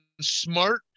smart